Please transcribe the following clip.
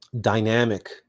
dynamic